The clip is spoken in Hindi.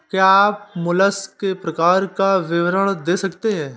क्या आप मोलस्क के प्रकार का विवरण दे सकते हैं?